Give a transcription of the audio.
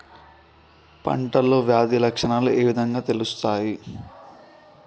పంటలో వ్యాధి లక్షణాలు ఏ విధంగా తెలుస్తయి?